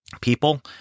people